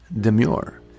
Demure